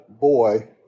boy